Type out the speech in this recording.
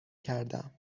کردم